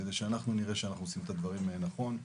כדי שאנחנו נראה שאנחנו עושים את הדברים נכון.